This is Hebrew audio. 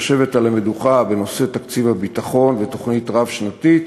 שיושבת על המדוכה בנושא תקציב הביטחון ותוכנית רב-שנתית,